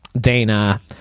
Dana